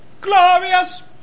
Glorious